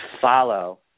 follow